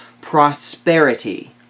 prosperity